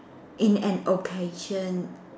in an occasion